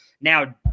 now